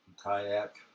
Kayak